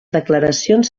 declaracions